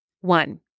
One